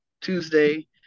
Tuesday